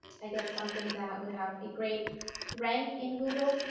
i guess something that would have a great rank in google,